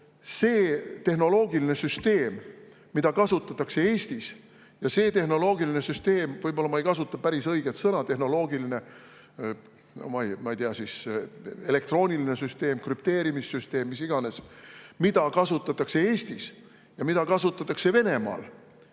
see tehnoloogiline süsteem, mida kasutatakse Eestis, ja see tehnoloogiline süsteem – võib-olla ma ei kasuta päris õiget sõna, "tehnoloogiline", no ma ei, elektrooniline süsteem, krüpteerimissüsteem või mis iganes –, mida kasutatakse Eestis ja mida kasutatakse Venemaal,